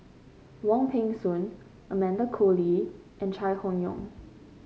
Wong Peng Soon Amanda Koe Lee and Chai Hon Yoong